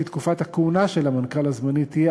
כי תקופת הכהונה של המנכ"ל הזמני תהיה